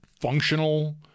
functional